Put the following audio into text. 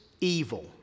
evil